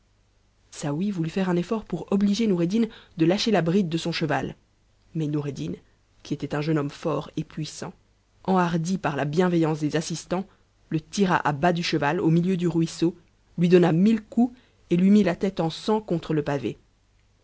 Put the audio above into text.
saouy voulut faire un effort pour obliger noureddin de lâcher la bride son cheval mais noureddin qui était un jeune homme fort et puissant enhardi par la bienveillance des assistants le tira à bas du cheval au milieu du ruisseau lui donna mille coups et lui mit la tête en sang contxle pavé